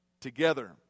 together